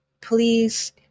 please